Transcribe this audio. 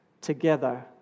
together